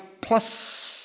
plus